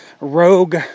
rogue